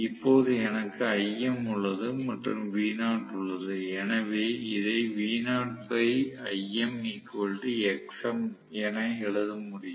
இப்போது எனக்கு Im உள்ளது மற்றும் V0 உள்ளது எனவே இதை என எழுத முடியும்